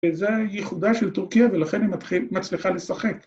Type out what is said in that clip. וזה ייחודה של טורקיה ולכן היא מצליחה לשחק.